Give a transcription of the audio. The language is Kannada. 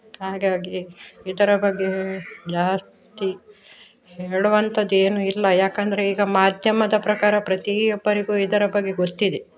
ಹಾಗಾಗಿ ಇದರ ಬಗ್ಗೆ ಜಾಸ್ತಿ ಹೇಳುವಂಥದ್ದು ಏನು ಇಲ್ಲ ಯಾಕೆಂದ್ರೆ ಈಗ ಮಾಧ್ಯಮದ ಪ್ರಕಾರ ಪ್ರತಿಯೊಬ್ಬರಿಗೂ ಇದರ ಬಗ್ಗೆ ಗೊತ್ತಿದೆ